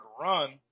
run